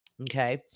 Okay